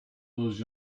those